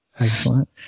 Excellent